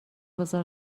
بزار